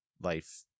life